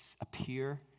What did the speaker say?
appear